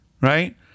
right